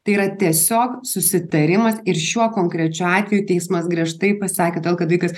tai yra tiesiog susitarimas ir šiuo konkrečiu atveju teismas griežtai pasisakė todėl kad vaikas